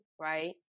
right